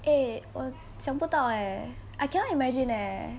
eh 我想不到 eh I cannot imagine eh